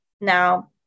Now